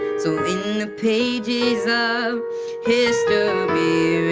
so in the pages of history